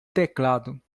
teclado